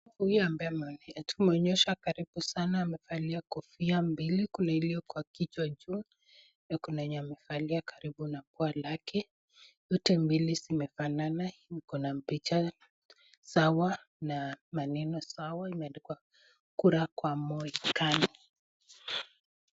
Huyu ambaye tumeonyeshwa karibu sana amevalia kofia mbili, kuna ile iko kwa kichwa juu, na kuna yenye amevalia karibu na pua lake, zote mbili zimefanana, kuna picha sawa na maneno sawa imeandikwa kura kwa Moi kanu.